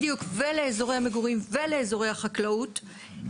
בדיוק, ולאזורי המגורים ולאזורי החקלאות.